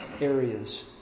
areas